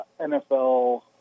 NFL